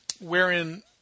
wherein